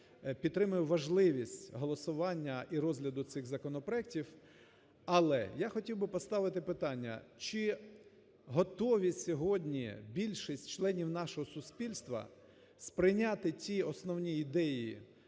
підтримує важливість голосування і розгляду цих законопроектів. Але, я хотів би поставити питання, чи готові сьогодні більшість членів нашого суспільства сприйняти ті основні ідеї,